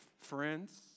friends